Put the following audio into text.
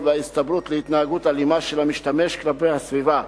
וההסתברות להתנהגות אלימה של המשתמש כלפי הסביבה.